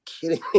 kidding